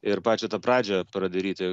ir pačią tą pradžią pradaryti